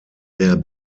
der